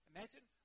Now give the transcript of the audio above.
Imagine